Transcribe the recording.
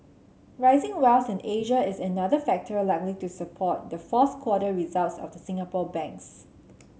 rising wealth in Asia is another factor likely to support the fourth quarter results of Singapore banks